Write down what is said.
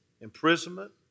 imprisonment